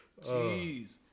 Jeez